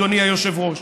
אדוני היושב-ראש,